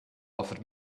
offered